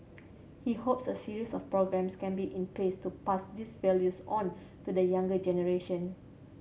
he hopes a series of programmes can be in place to pass these values on to the younger generation